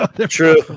True